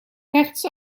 rechts